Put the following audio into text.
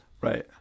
Right